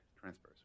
transfers